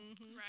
Right